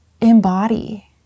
embody